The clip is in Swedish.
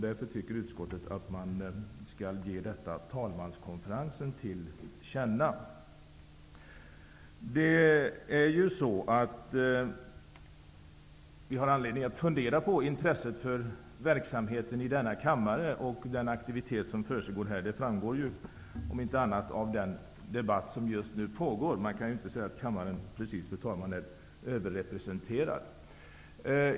Utskottet anser att man skall ge talmanskonferensen detta till känna. Vi har anledning att fundera på intresset för verksamheten i denna kammare och den aktivitet som försiggår här. Det framgår ju om inte av något annat så av den debatt som just nu pågår. Man kan ju inte precis säga, fru talman, att kammaren är överrepresenterad.